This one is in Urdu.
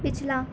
پچھلا